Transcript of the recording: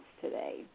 today